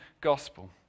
gospel